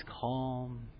calm